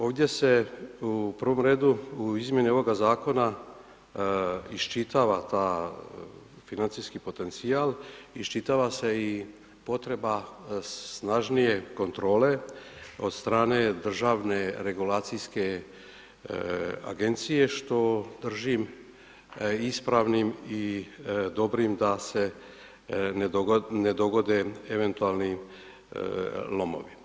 Ovdje se u prvom redu u izmjeni ovoga zakona iščitava ta financijski potencijal, iščitava se i potreba snažnije kontrole od strane Državne regulacijske agencije što držim ispravnim i dobrim da se ne dogode eventualni lomovi.